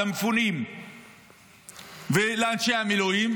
למפונים ולאנשי המילואים,